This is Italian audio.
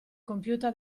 compiuta